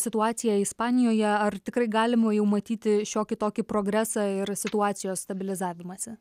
situacija ispanijoje ar tikrai galima jau matyti šiokį tokį progresą ir situacijos stabilizavimąsi